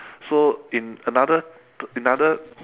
so in another to in other